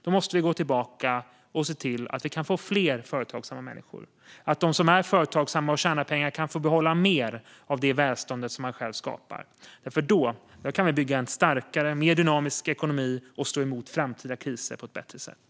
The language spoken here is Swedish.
Vi måste gå tillbaka och se till att vi kan få fler företagsamma människor och att de som är företagsamma och tjänar pengar kan få behålla mer av det välstånd som de själva skapar. Då kan vi bygga en starkare och mer dynamisk ekonomi och stå emot framtida kriser på ett bättre sätt.